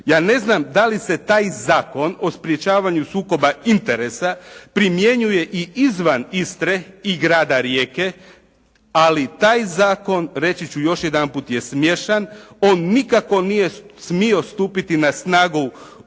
Ja ne znam da li se taj Zakon o sprječavanju sukoba interesa primjenjuje i izvan Istre i grada Rijeke, ali taj zakon reći ću još jedanput je smiješan. On nikako nije smio stupiti na snagu u